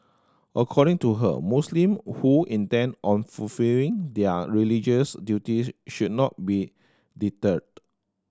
according to her Muslim who intend on fulfilling their religious duties should not be deterred